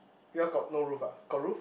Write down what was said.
yours got no roof ah got roof